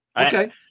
Okay